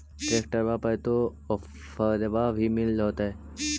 ट्रैक्टरबा पर तो ओफ्फरबा भी मिल होतै?